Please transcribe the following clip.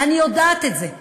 אני יודעת את זה,